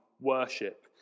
worship